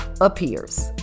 appears